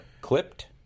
Clipped